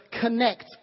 Connect